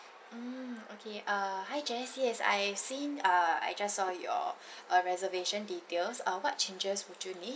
mm okay err hi jess yes I've seen uh I just saw your uh reservation details uh what changes would you need